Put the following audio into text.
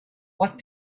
what